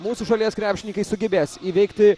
mūsų šalies krepšininkai sugebės įveikti